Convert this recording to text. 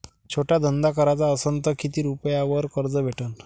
छोटा धंदा कराचा असन तर किती रुप्यावर कर्ज भेटन?